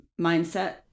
Mindset